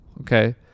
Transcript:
okay